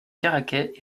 caraquet